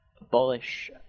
abolish